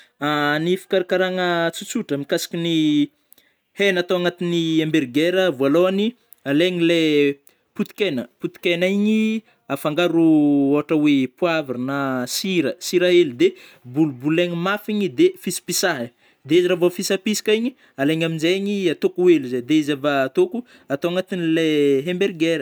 Ny fikarakaragna tsotsotra mikasikin'ny hegna atô agnatin'ny hamburger, vôalôhagny, alaigny lai potikena- potikena igny afangaro ôhatra oe poivre na sira- sira hely de bolibolegny mafy igny de fisipisahigny, de izy re vofisapisaka igny alaigny amnjegny atôko hely zegny de izy av atôko atô agnatin'le hamburger.